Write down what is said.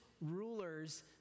rulers